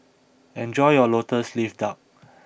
enjoy your Lotus Leaf Duck